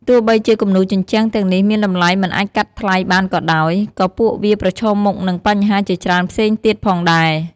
ទោះបីជាគំនូរជញ្ជាំងទាំងនេះមានតម្លៃមិនអាចកាត់ថ្លៃបានក៏ដោយ ក៏ពួកវាប្រឈមមុខនឹងបញ្ហាជាច្រើនផ្សេងទៀតផងដែរ។